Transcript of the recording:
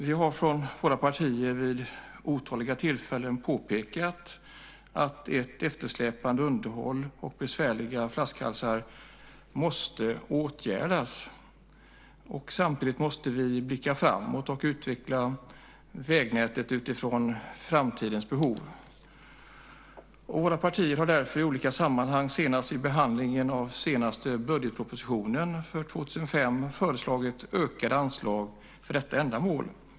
Våra partier har vid otaliga tillfällen påpekat att eftersläpande underhåll och besvärliga flaskhalsar måste åtgärdas. Samtidigt måste vi blicka framåt och utveckla vägnätet utifrån framtidens behov. Våra partier har därför i olika sammanhang - senast vid behandlingen av budgetpropositionen för 2005 - föreslagit ökade anslag för detta ändamål.